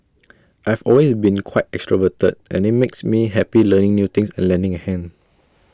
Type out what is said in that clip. I've always been quite extroverted and IT makes me happy learning new things and lending A hand